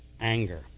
anger